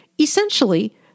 essentially